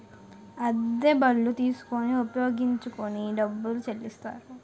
అద్దె బళ్ళు తీసుకొని ఉపయోగించుకొని డబ్బులు చెల్లిస్తారు